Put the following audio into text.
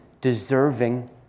deserving